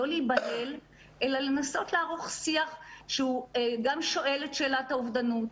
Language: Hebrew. לא להיבהל אלא לנסות לערוך שיח שהוא גם שואל את שאלת האובדנות,